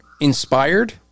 inspired